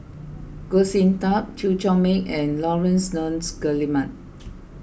Goh Sin Tub Chew Chor Meng and Laurence Nunns Guillemard